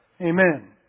Amen